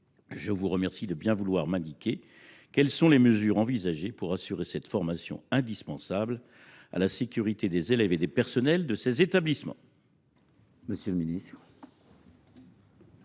je vous remercie de bien vouloir m’indiquer quelles sont les mesures envisagées pour assurer cette formation indispensable à la sécurité des élèves et du personnel de ces établissements.